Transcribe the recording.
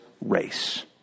race